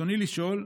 רצוני לשאול: